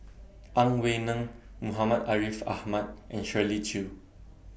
Ang Wei Neng Muhammad Ariff Ahmad and Shirley Chew